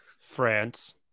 France